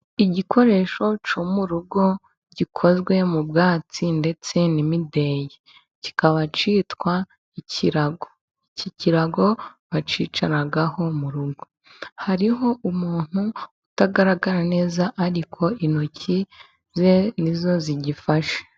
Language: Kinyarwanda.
Igikoresho cyo mu rugo gikozwe mu bwatsi ndetse n'imideyi kikaba cyitwa ikirago. Iki kirago bacyicaraho mu rugo. Hariho umuntu utagaragara neza ariko intoki ze ni zo zigifashe.